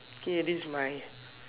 okay this is my